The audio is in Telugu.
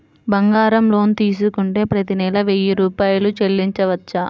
బంగారం లోన్ తీసుకుంటే ప్రతి నెల వెయ్యి రూపాయలు చెల్లించవచ్చా?